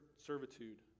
servitude